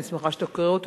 אני שמחה שאתה קורא אותו,